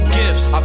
gifts